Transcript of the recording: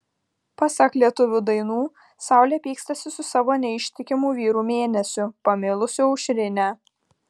pasak lietuvių dainų saulė pykstasi su savo neištikimu vyru mėnesiu pamilusiu aušrinę